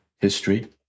history